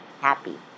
happy